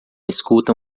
escuta